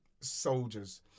soldiers